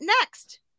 next